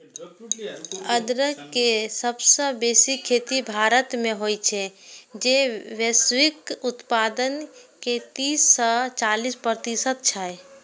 अदरक के सबसं बेसी खेती भारत मे होइ छै, जे वैश्विक उत्पादन के तीस सं चालीस प्रतिशत छै